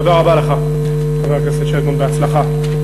תודה רבה לך, חבר הכנסת שטבון, בהצלחה.